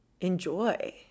enjoy